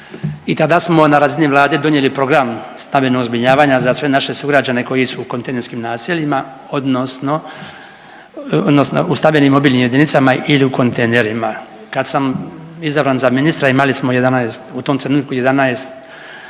I tada smo na razini Vlade donijeli program stambenog zbrinjavanja za sve naše sugrađane koji su u kontejnerskim naseljima odnosno, odnosno u stambenim mobilnim jedinicama ili u kontejnerima. Kad sam izabran za ministra imali smo 11, u tom trenutku 11